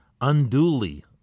unduly